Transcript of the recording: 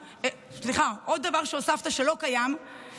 עוד דבר שהוספת שלא קיים הוא